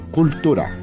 cultura